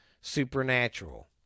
supernatural